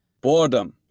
Boredom